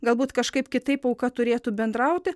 galbūt kažkaip kitaip auka turėtų bendrauti